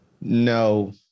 no